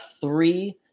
three